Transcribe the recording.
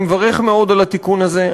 אני מברך מאוד על התיקון הזה.